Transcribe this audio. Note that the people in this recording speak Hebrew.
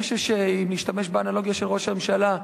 אם להשתמש באנלוגיה של ראש הממשלה,